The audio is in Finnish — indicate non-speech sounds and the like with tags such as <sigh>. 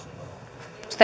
arvoisa <unintelligible>